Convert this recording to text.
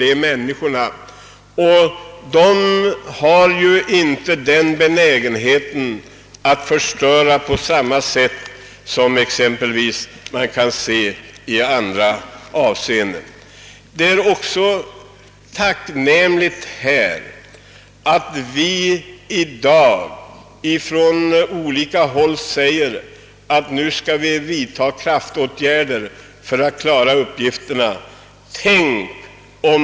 De människor som vårdar en egen täppa har inte den benägenhet att förstöra naturen som vi möter på andra håll. Det är också tacknämligt att alla i dag vill vidta kraftåtgärder för att lösa dessa problem.